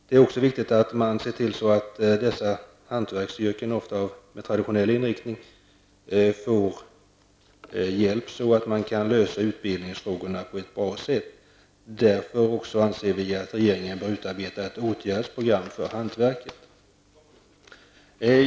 Det är också viktigt att se till att dessa hantverksyrken, ofta med traditionell inriktning, får hjälp så att människor kan utbildas till dem. Därför anser vi att regeringen bör utarbeta ett åtgärdsprogram för hantverket.